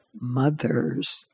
mothers